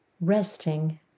resting